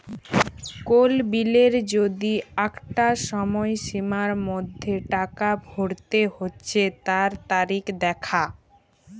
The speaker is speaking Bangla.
কোল বিলের যদি আঁকটা সময়সীমার মধ্যে টাকা ভরতে হচ্যে তার তারিখ দ্যাখা